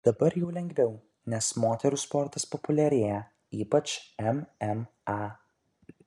dabar jau lengviau nes moterų sportas populiarėja ypač mma